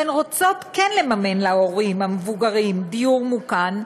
והן רוצות כן לממן להורים המבוגרים דיור מוגן,